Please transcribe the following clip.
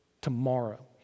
tomorrow